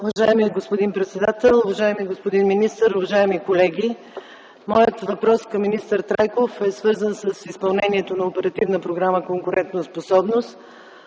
Уважаеми господин председател, уважаеми господин министър, уважаеми колеги! Моят въпрос към министър Трайков е свързан с изпълнението на Оперативна програма „Конкурентоспособност”.